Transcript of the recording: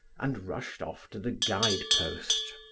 and rushed off to the guide-post.